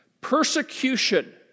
Persecution